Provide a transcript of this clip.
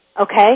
Okay